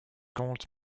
gold